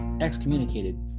excommunicated